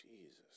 Jesus